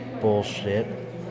bullshit